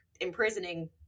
imprisoning